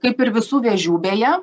kaip ir visų vėžių beje